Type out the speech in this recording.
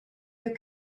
your